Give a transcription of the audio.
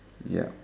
ya